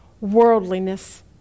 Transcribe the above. worldliness